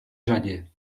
řadě